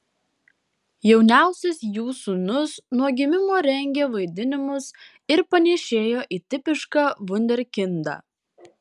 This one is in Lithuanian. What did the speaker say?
jauniausias jų sūnus nuo gimimo rengė vaidinimus ir panėšėjo į tipišką vunderkindą